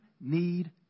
need